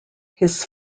his